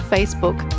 Facebook